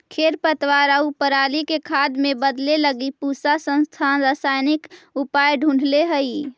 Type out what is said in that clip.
खरपतवार आउ पराली के खाद में बदले लगी पूसा संस्थान रसायनिक उपाय ढूँढ़ले हइ